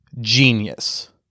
genius